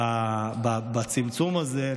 בצמצום הזה,